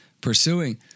pursuing